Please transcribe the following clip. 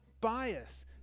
bias